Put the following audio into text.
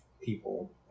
people